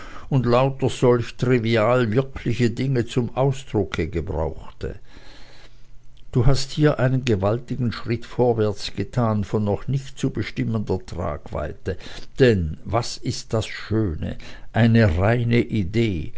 und lauter solche trivial wirkliche dinge zum ausdrucke gebrauchte du hast hier einen gewaltigen schritt vorwärts getan von noch nicht zu bestimmender tragweite denn was ist das schöne eine reine idee